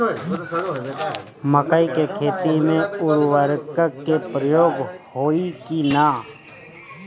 मकई के खेती में उर्वरक के प्रयोग होई की ना?